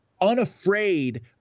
unafraid